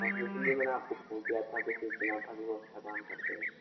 हाँ जी इसलिए मैंने आपको फ़ोन किया था कि सुना था कि वो अच्छा काम करते हैं